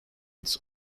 its